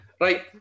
Right